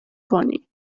کنی